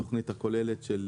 התוכנית הכוללת של